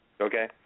okay